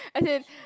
as in